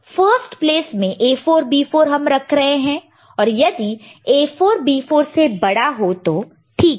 first place में A4 B4 हम रख रहे हैं और यदि A4 B4 से बड़ा हो तो ठीक है